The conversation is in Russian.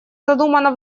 задумана